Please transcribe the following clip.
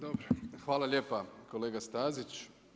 Dobro, hvala lijepa kolega Stazić.